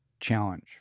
challenge